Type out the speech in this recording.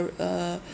uh